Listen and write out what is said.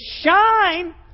shine